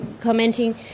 commenting